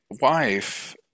Wife